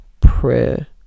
Prayer